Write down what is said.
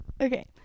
Okay